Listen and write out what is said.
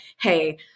hey